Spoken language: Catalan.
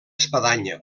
espadanya